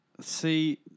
see